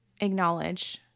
acknowledge